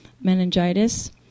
meningitis